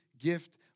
gift